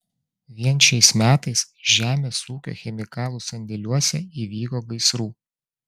vien šiais metais žemės ūkio chemikalų sandėliuose įvyko gaisrų